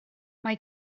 mae